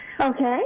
Okay